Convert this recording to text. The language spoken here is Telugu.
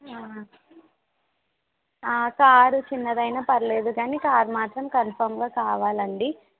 కారు చిన్నదైనా పర్లేదు గానీ కారు మాత్రం కన్ఫామ్గా కావాలండి